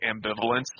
ambivalence